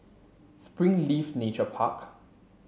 Springleaf Nature Park